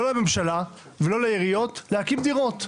אתם לא מאפשרים לא לממשלה ולא לעיריות להקים דירות,